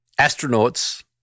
Astronauts